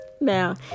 Now